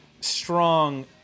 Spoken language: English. strong